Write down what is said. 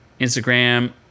Instagram